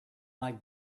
like